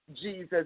Jesus